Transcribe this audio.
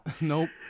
Nope